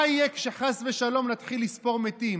מה יהיה כשחס ושלום נתחיל לספור מתים?